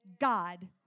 God